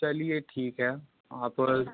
चलिए ठीक है आप